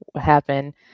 happen